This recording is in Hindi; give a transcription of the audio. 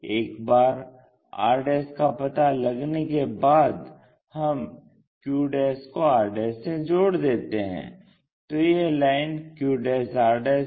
एक बार r का पता लगने के बाद हम q को r से जोड़ देते हैं तो यह लाइन q r है